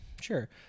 Sure